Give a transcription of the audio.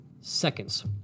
seconds